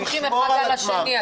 -- הם בקושי סומכים אחד על השני,